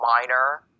minor